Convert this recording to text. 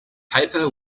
paper